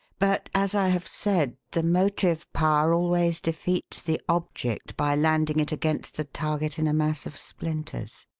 but, as i have said, the motive power always defeats the object by landing it against the target in a mass of splinters.